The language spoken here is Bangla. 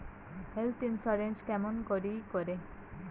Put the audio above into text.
হেল্থ ইন্সুরেন্স কেমন করি করে?